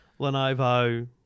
Lenovo